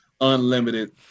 unlimited